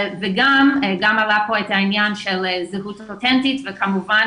וגם עלה פה העניין של זהות אותנטית וכמובן